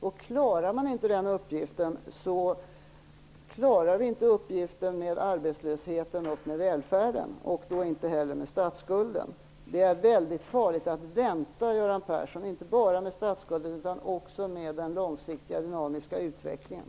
Om man inte klarar den uppgiften, klarar man inte heller uppgifterna med arbetslösheten, välfärden och statsskulden. Det är väldigt farligt att vänta, Göran Persson, inte bara med statsskulden utan också med den långsiktiga dynamiska utvecklingen.